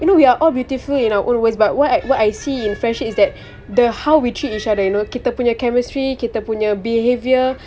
you know we are all beautifully in our own ways but what I what I see in friendship is that the how we treat each other you know kita punya chemistry kita punya behaviour